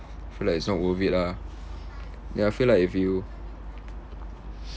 I feel like it's not worth it lah ya I feel like if you